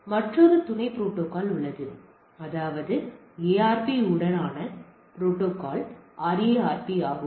எனவே மற்றொரு துணை புரோட்டோகால் உள்ளது அதாவது ARP உடனான புரோட்டோகால் RARP ஆகும்